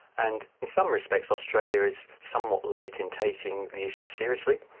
and in some respects australia is somewhat late in taking the issue seriously.